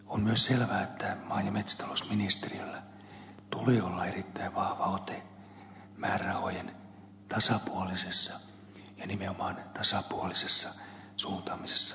on myös selvää että maa ja metsätalousministeriöllä tulee olla erittäin vahva ote määrärahojen tasapuolisessa ja nimenomaan tasapuolisessa suuntaamisessa maan eri osien kesken